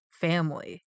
family